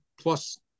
plus